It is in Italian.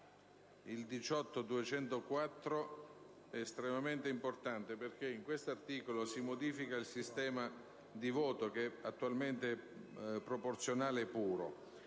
18.204 è estremamente importante perché con l'articolo 18 si modifica il sistema di voto, che attualmente è proporzionale puro.